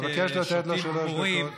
אבקש לתת לו שלוש דקות.